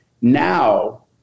now